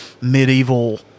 medieval